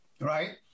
right